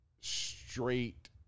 straight